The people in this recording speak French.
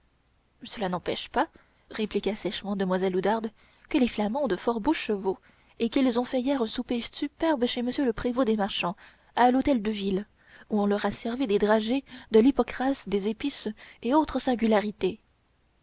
cela n'empêche pas répliqua sèchement demoiselle oudarde que les flamands ont de fort beaux chevaux et qu'ils ont fait hier un souper superbe chez m le prévôt des marchands à l'hôtel de ville où on leur a servi des dragées de l'hypocras des épices et autres singularités